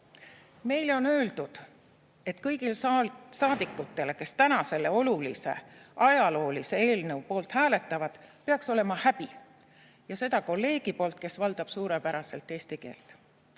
Meile on öeldud, et kõigil saadikutel, kes täna selle olulise ajaloolise eelnõu poolt hääletavad, peaks olema häbi. Seda on öelnud kolleeg, kes valdab suurepäraselt eesti keelt.